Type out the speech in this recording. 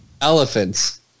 elephants